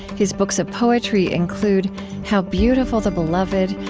his books of poetry include how beautiful the beloved,